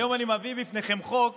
היום אני מביא בפניכם חוק